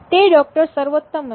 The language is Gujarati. તે ડોક્ટર સર્વોત્તમ હતા